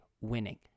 winning